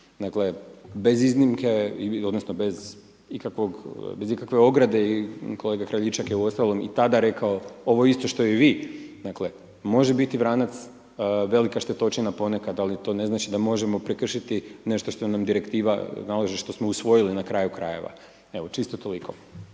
Dakle, bez iznimke, odnosno bez ikakve ograde je i kolega Kraljičak je uostalom i tada rekao ovo isto što i vi, dakle, može biti vranac velika štetočina ponekad, ali to ne znači da možemo prekršiti nešto što nam direktiva nalaže, što smo usvojili na kraju krajeva. Evo, čisto toliko.